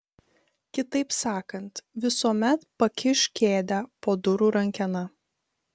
kitaip sakant visuomet pakišk kėdę po durų rankena